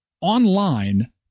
online